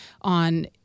on